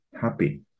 happy